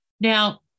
Now